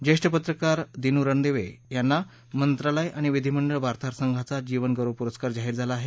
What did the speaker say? ज्येष्ठ पत्रकार दिनू रणदिवे यांनी मंत्रालय आणि विधीमंडळ वार्ताहर संघाचा जीवन गौरव पुरस्कार जाहीर झाला आहे